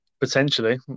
potentially